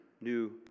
new